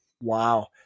wow